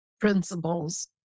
principles